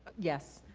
yes.